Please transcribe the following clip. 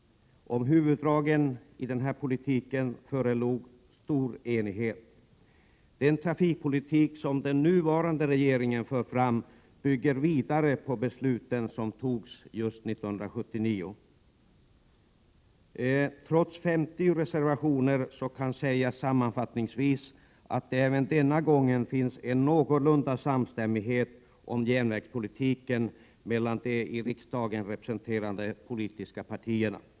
Om huvuddragen i denna politik förelåg stor enighet. Den trafikpolitik som den nuvarande regeringen för fram bygger vidare på de beslut som fattades just 1979. Trots 50 reservationer kan sammanfattningsvis sägas att det även denna gång råder någorlunda samstämmighet om järnvägspolitiken mellan de i riksdagen representerade politiska partierna.